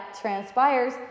transpires